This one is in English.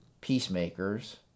peacemakers